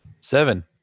Seven